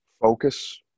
Focus